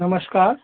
नमस्कार